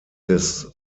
des